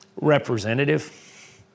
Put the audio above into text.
representative